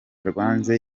rwanze